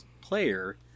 player